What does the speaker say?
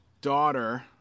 daughter